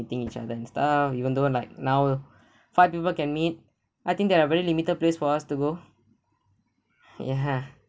ting~ each other and stuff even though and like now five people can meet I think there are very limited place for us to go ya